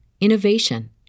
innovation